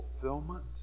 fulfillment